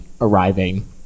arriving